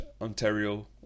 Ontario